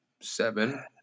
seven